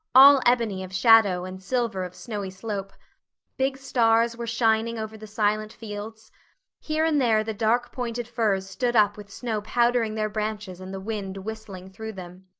all ebony of shadow and silver of snowy slope big stars were shining over the silent fields here and there the dark pointed firs stood up with snow powdering their branches and the wind whistling through them.